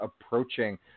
approaching